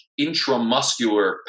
intramuscular